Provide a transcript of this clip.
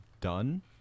done